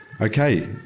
Okay